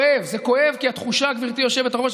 עם אנשי רוח ערבים לדבר על בניית תיאטרון ערבי